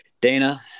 Dana